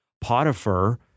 Potiphar